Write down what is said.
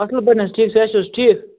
اَصٕل پٲٹھۍ حظ ٹھیٖک صحت چھو حظ ٹھیٖک